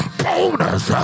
bonus